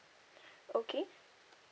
okay